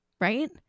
Right